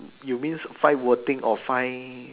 you means five wording or five